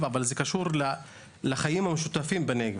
ממשיכים הלאה מזרנוק,